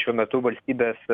šiuo metu valstybės